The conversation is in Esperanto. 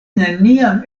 neniam